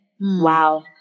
Wow